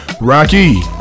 Rocky